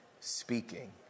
Speaking